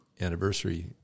anniversary